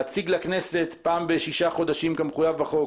להציג לכנסת פעם בשישה חודשים כמחויב בחוק